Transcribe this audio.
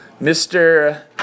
Mr